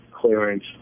clearance